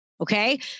okay